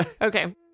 Okay